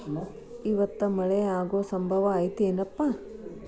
ಇವತ್ತ ಮಳೆ ಆಗು ಸಂಭವ ಐತಿ ಏನಪಾ?